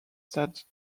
that